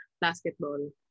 basketball